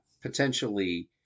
potentially